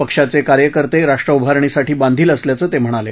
पक्षाचे कार्यकर्ते राष्ट्रउभारणीसाठी बांधील असल्याचं ते म्हणाले